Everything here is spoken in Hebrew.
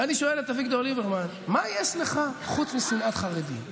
ואני שואל את אביגדור ליברמן: מה יש לך חוץ משנאת חרדים?